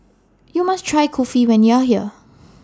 YOU must Try Kulfi when YOU Are here